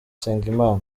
nsengimana